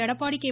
Edappadi K